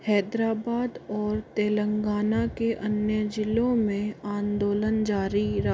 हैदराबाद और तेलंगाना के अन्य ज़िलों में आंदोलन जारी रहा